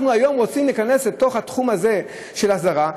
אנחנו היום רוצים להיכנס לתוך התחום הזה של הסדרה.